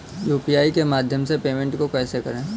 UPI के माध्यम से पेमेंट को कैसे करें?